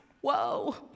whoa